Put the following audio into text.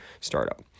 startup